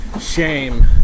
shame